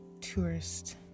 tourist